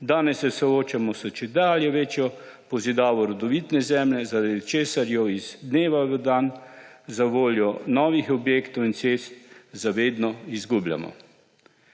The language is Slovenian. Danes se soočamo s čedalje večjo pozidavo rodovitne zemlje, zaradi česar jo iz dneva v dan zavoljo novih objektov in cest za vedno izgubljamo.